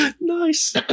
Nice